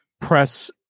press